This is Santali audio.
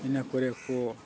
ᱤᱱᱟᱹ ᱠᱚᱨᱮ ᱠᱚ